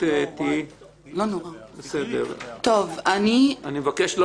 אני מבקש לא